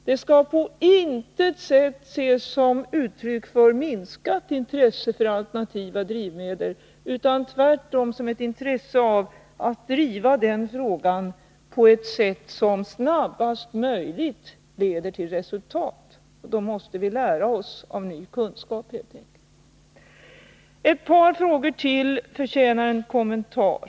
Detta skall på intet sätt ses som uttryck för minskat intresse för alternativa drivmedel, utan tvärtom som tecken på vårt intresse att driva den frågan på ett sätt som snabbast möjligt leder till resultat. Då måste vi helt enkelt lära oss, få ny kunskap. Ett par frågor till förtjänar en kommentar.